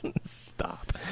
Stop